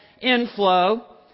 inflow